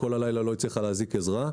וכל הלילה לא הצליחה להזעיק עזרה.